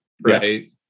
right